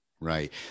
Right